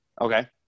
Okay